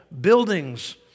buildings